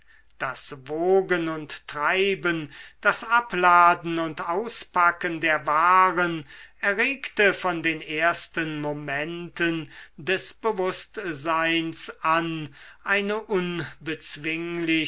das wogen und treiben das abladen und auspacken der waren erregte von den ersten momenten des bewußtseins an eine